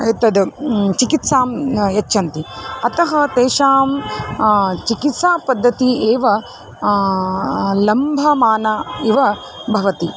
एतद् चिकित्सां यच्छन्ति अतः तेषां चिकित्सापद्धतिः एव लभ्यमाना इव भवति